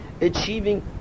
achieving